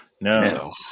No